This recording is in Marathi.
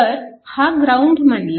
तर हा ग्राउंड मानला